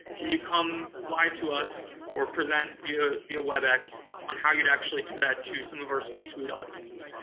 can you come fly to us or present via via webex on how you'd actually do that to some of our c-suite audiences.